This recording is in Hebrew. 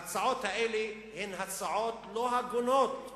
ההצעות האלה הן הצעות לא הגונות.